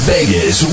Vegas